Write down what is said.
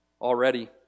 already